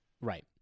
Right